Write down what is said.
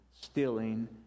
stealing